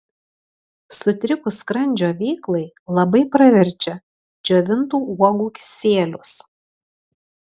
sutrikus skrandžio veiklai labai praverčia džiovintų uogų kisielius